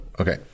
okay